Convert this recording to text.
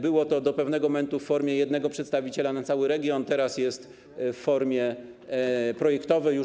Działało to do pewnego momentu w formie jednego przedstawiciela na cały region, teraz jest w formie projektowej.